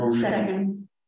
Second